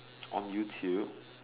on YouTube